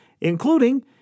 including